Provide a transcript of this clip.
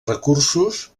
recursos